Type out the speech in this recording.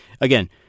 again